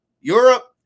Europe